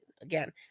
again